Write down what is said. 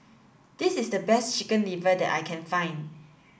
this is the best chicken liver that I can find